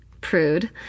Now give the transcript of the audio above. Prude